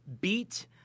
beat –